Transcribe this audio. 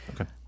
Okay